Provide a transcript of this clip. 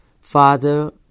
Father